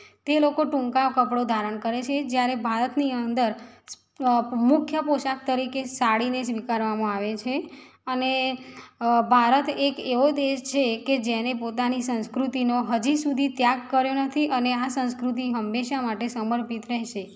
તે લોકો ટૂંકા કપડાં ધારણ કરે છે જ્યારે ભારતની અંદર અ મુખ્ય પોષક તરીકે સાડીને સ્વીકારવામાં આવે છે અને ભારત એક એવો દેશ છે કે જેને પોતાની સંસ્કૃતિનો હજી સુધી ત્યાગ કર્યો નથી અને આ સંસ્કૃતિ હંમેશા માટે સમર્પિત રહેશે